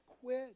quit